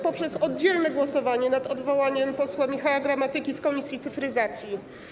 Chodzi o oddzielne głosowanie nad odwołaniem posła Michała Gramatyki z komisji cyfryzacji.